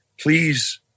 please